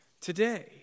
today